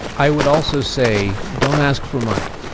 i would also say, don't ask for money.